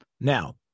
Now